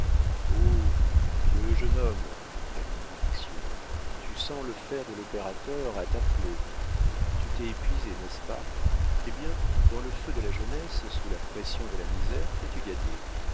vieux jeune homme répondit bixiou tu sens le fer de l'opérateur à ta plaie tu t'es épuisé n'est-ce pas eh bien dans le feu de la jeunesse sous la pression de la misère qu'as-tu gagné